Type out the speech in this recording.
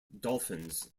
dolphins